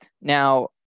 Now